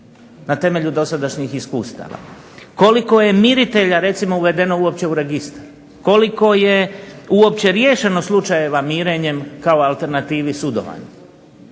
na temelju dosadašnjih iskustava? Koliko je miritelja recimo uvedeno uopće u registar? Koliko je uopće riješeno slučajeva mirenjem kao alternativi sudovanju?